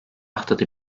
haftada